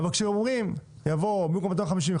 כאשר אומרים שגובה הקנס יהיה 500 במקום 250,